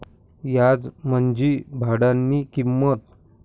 याज म्हंजी भाडानी किंमत